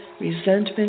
resentment